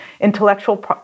intellectual